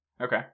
Okay